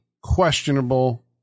questionable